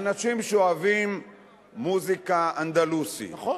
אנשים שאוהבים מוזיקה אנדלוסית, נכון.